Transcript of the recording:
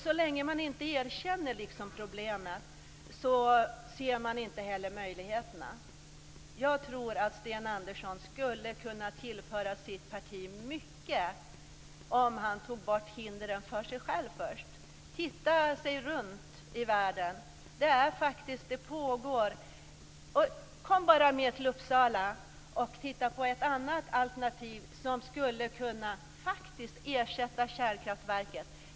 Så länge man inte liksom erkänner problemet ser man inte heller möjligheterna. Jag tror att Sten Andersson skulle kunna tillföra sitt parti mycket om han först tog bort hindren för sig själv. Han borde se sig om i världen. Det pågår faktiskt mycket. Kom bara med till Uppsala och titta på ett annat alternativ som faktiskt skulle kunna ersätta kärnkraftverk.